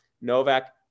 Novak